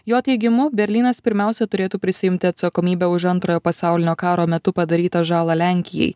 jo teigimu berlynas pirmiausia turėtų prisiimti atsakomybę už antrojo pasaulinio karo metu padarytą žalą lenkijai